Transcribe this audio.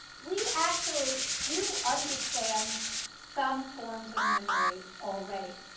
we actually do understand some forms of memory already.